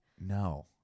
No